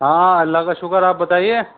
ہاں اللہ کا شکر آپ بتائیے